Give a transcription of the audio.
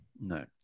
No